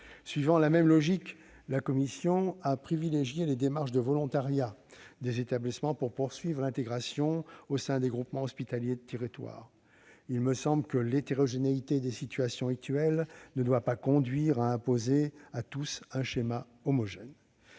Suivant la même logique, la commission a privilégié les démarches de volontariat des établissements pour la poursuite de l'intégration au sein des groupements hospitaliers de territoire. Il me semble que l'hétérogénéité des situations actuelles ne doit pas conduire à imposer à tous un schéma homogène.